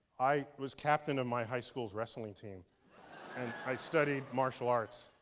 i was captain of my high school's wrestling team and i studied martial arts,